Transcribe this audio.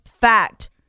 fact